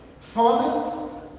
fathers